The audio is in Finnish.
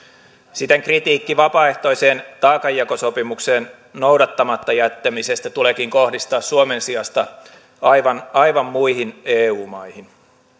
siten kritiikki vapaaehtoisen taakanjakosopimuksen noudattamatta jättämisestä tuleekin kohdistaa suomen sijasta aivan aivan muihin eu maihin